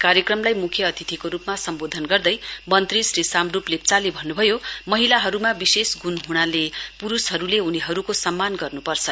कार्यक्रमलाई मुख्य अतिथिको रूपमा सम्बोधन गर्दै मन्त्री श्री साम्ड्प लेप्चाले भन्नुभयो महिलाहरूमा विशेष गुण हुनाले पुरूषहरूले उनीहरूको सम्मान गर्नुपर्छ